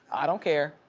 i don't care,